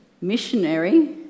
missionary